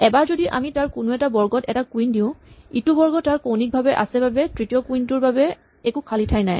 এবাৰ যদি আমি তাৰ কোনোবা এটা বৰ্গত এটা কুইন দিওঁ ইটো বৰ্গ তাৰ কৌণিকভাৱে আছে বাবে তৃতীয় কুইন টোৰ বাবে একো খালী ঠাই নাই